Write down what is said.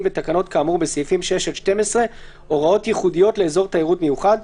בתקנות כאמור בסעיפים 6 עד 12 הוראות ייחודיות לאזור תיירות מיוחד,